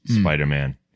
Spider-Man